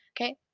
Okay